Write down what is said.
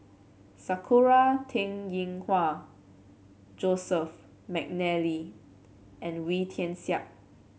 Sakura Teng Ying Hua Joseph McNally and Wee Tian Siak